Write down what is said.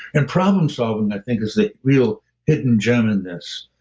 and problem-solving, i think, is the real hidden gem in this